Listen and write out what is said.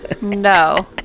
No